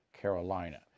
Carolina